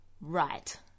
right